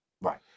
Right